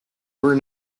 were